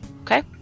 Okay